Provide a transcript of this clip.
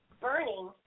burning